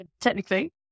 Technically